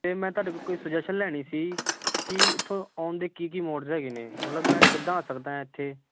ਅਤੇ ਮੈਂ ਤੁਹਾਡੇ ਕੋਲ ਕੋਈ ਸਜੈਸ਼ਨ ਲੈਣੀ ਸੀ ਕਿ ਇੱਥੋਂ ਆਉਣ ਦੇ ਕੀ ਕੀ ਮੋਡਸ ਹੈਗੇ ਨੇ ਮਤਲਬ ਮੈਂ ਕਿੱਦਾਂ ਆ ਸਕਦਾ ਇੱਥੇ